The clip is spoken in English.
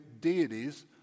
deities